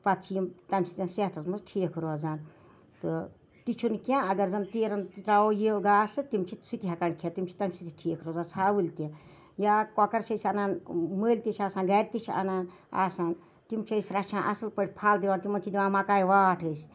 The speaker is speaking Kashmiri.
پتہٕ چھِ یِم تمہِ سۭتۍ صحتَس مَنٛز ٹھیٖک روزان تہٕ تہِ چھُنہٕ کیٚنٛہہ اَگر زَن تیٖرَن ترٛاوو یہِ گاسہٕ تم چھِ سُہ تہِ ہیٚکان کھٮ۪تھ تم چھِ تمہِ سۭتۍ تہِ ٹھیٖک روزان ژھاوٕلۍ تہِ یا کۄکَر چھِ أسۍ اَنان مٔلۍ تہِ چھِ آسان گَرِ تہِ چھِ اَنان آسان تِم چھِ أسۍ رَچھان اَصٕل پٲٹھۍ پھَل دوان تِمَن چھِ أسۍ دِوان مَکاے واٹھ